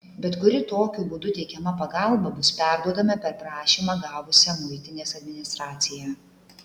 bet kuri tokiu būdu teikiama pagalba bus perduodama per prašymą gavusią muitinės administraciją